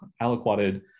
allocated